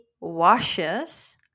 washes